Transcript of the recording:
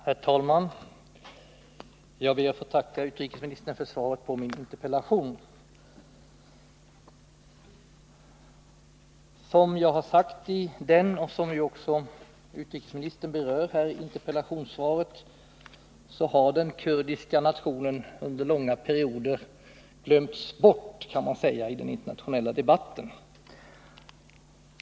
Herr talman! Jag ber att få tacka utrikesministern för svaret på min interpellation. Som jag har sagt i interpellationen och som utrikesministern också berör i svaret har den kurdiska nationen under långa perioder glömts bort i den internationella debatten.